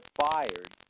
fired